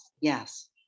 Yes